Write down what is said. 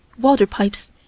water-pipes